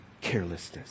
carelessness